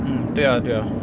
mm 对啊对啊